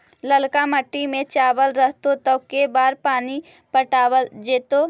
ललका मिट्टी में चावल रहतै त के बार पानी पटावल जेतै?